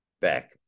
back